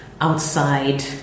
outside